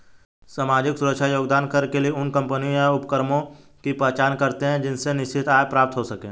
सामाजिक सुरक्षा योगदान कर के लिए उन कम्पनियों या उपक्रमों की पहचान करते हैं जिनसे निश्चित आय प्राप्त हो सके